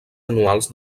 anuals